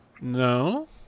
No